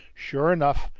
sure enough,